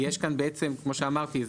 כמו שאמרתי,